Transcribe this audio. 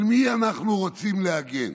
על מי אנחנו רוצים להגן?